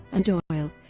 and oil